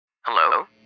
Hello